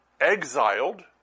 exiled